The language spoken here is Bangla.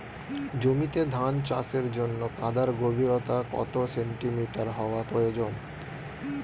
জমিতে ধান চাষের জন্য কাদার গভীরতা কত সেন্টিমিটার হওয়া প্রয়োজন?